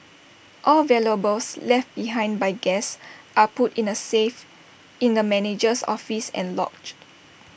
all valuables left behind by guests are put in A safe in the manager's office and logged